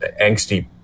angsty